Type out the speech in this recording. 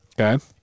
Okay